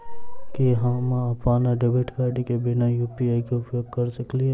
की हम अप्पन debit card केँ बिना यु.पी.आई केँ उपयोग करऽ सकलिये?